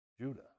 Judah